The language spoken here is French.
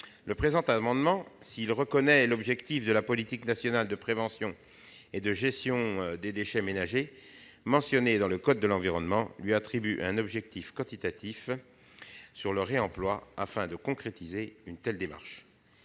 le présent amendement, tout en reconnaissant l'objectif de la politique nationale de prévention et de gestion des déchets ménagers mentionné dans le code de l'environnement, vise à lui adjoindre un objectif quantitatif sur le réemploi afin de concrétiser une telle démarche.